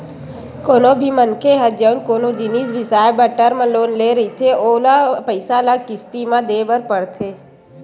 कोनो भी मनखे ह जउन कोनो जिनिस बिसाए बर टर्म लोन ले रहिथे ओला पइसा ल किस्ती म देय बर परथे